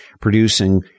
producing